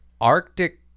Arctic